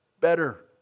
better